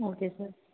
okay sir